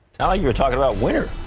ah you're talking about winter.